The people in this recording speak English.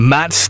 Matt